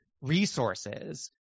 resources